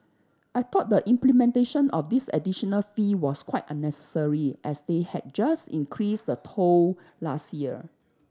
I thought the implementation of this additional fee was quite unnecessary as they had just increased the toll last year